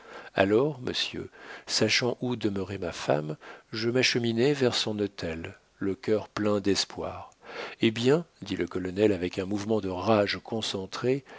alors monsieur sachant où demeurait ma femme je m'acheminai vers son hôtel le cœur plein d'espoir eh bien dit le colonel avec un mouvement de rage concentrée